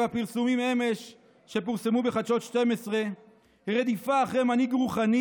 הפרסומים אמש שפורסמו בחדשות 12. רדיפה אחרי מנהיג רוחני